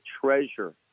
treasure